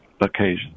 occasions